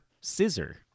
scissor